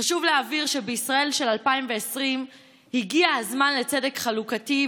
חשוב להבהיר שבישראל של 2020 הגיע הזמן לצדק חלוקתי,